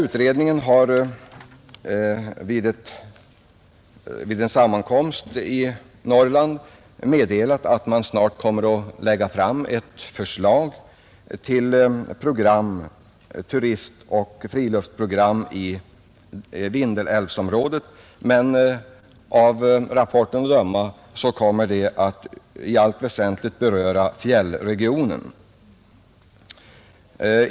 Utredningen har vid en sammankomst i Norrland meddelat att man snart kommer att lägga fram ett turistoch friluftsprogram för Vindelälvsområdet. Av rapporten att döma kommer det att i allt väsentligt beröra fjällregionen.